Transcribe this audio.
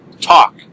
talk